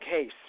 case